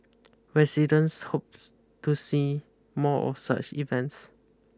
residents hopes to see more of such events